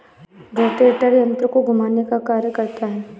rotator यन्त्र को घुमाने का कार्य करता है